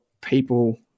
people